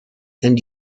and